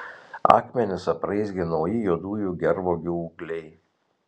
akmenis apraizgė nauji juodųjų gervuogių ūgliai